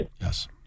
Yes